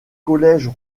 collèges